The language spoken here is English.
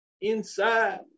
inside